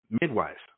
midwives